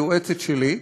היועצת שלי.